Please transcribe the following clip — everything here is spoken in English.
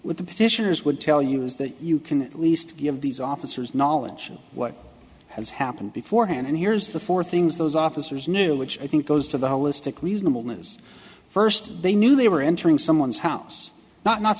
with the petitioners would tell you is that you can at least give these officers knowledge of what has happened before hand and here's the four things those officers knew which i think goes to the holistic reasonable is first they knew they were entering someone's house but not